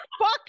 fuck